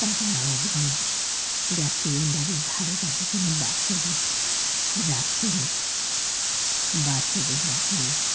তাছাড়া ওভেনের গ্যাস সিলিন্ডারের ধারে কাছে কোনো বাচ্চাদের রাখতে নেই বাচ্চাদের রাখলে